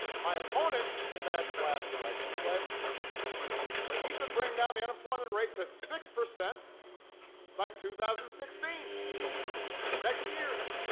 my opponent in that last election pledged that he could bring down the unemployment rate to six percent by two thousand and sixteen next year